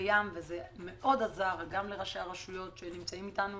ים וזה עזר מאוד גם לראשי הרשויות שנמצאים איתנו